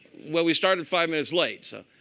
well, we started five minutes late. so